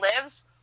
lives